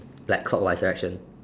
like clockwise direction